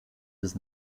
bis